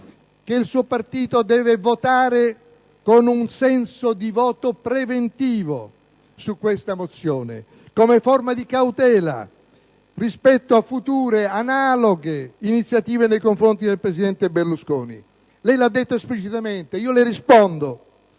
che il suo partito deve votare contro le mozioni con voto preventivo, come forma di cautela rispetto a future analoghe iniziative nei confronti del presidente Berlusconi. Lei lo ha detto esplicitamente e io le rispondo